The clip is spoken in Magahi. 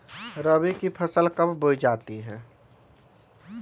रबी की फसल कब बोई जाती है?